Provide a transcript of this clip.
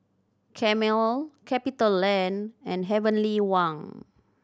Camel CapitaLand and Heavenly Wang